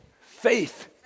Faith